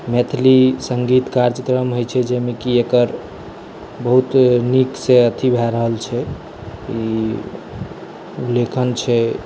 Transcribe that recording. मैथिली सङ्गीतकार होइ छै जाहिमे कि एकर बहुत नीकसँ एथी भऽ रहल छै ई लेखन छै